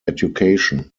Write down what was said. education